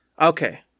Okay